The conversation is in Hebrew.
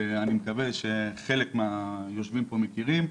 שאני מקווה שחלק מהיושבים פה מכירים,